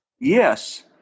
Yes